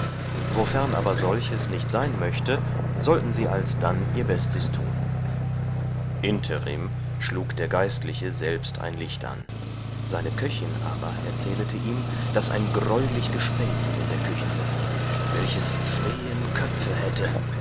wofern aber solches nicht sein möchte sollten sie alsdann ihr bestes tun interim schlug der geistliche selbst ein liecht an seine köchin aber erzählete ihm daß ein greulich gespenst in der küchen wäre welches zween köpfe hätte